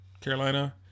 Carolina